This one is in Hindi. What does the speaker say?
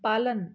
पालन